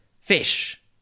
Fish